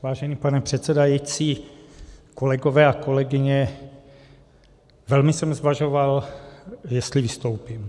Vážený pane předsedající, kolegové a kolegyně, velmi jsem zvažoval, jestli vystoupím.